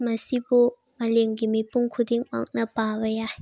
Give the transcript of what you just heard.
ꯃꯁꯤꯕꯨ ꯃꯥꯂꯦꯝꯒꯤ ꯃꯤꯄꯨꯝ ꯈꯨꯗꯤꯡꯃꯛꯅ ꯄꯥꯕ ꯌꯥꯏ